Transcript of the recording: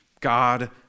God